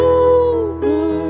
over